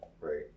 Right